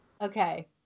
Okay